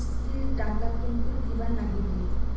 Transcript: কিস্তির টাকা কেঙ্গকরি দিবার নাগীবে?